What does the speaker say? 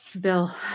Bill